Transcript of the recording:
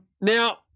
Now